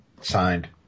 signed